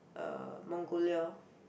um Mongolia